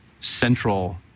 central